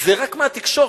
זה רק מהתקשורת,